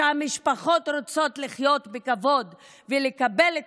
שהמשפחות רוצות לחיות בכבוד ולקבל את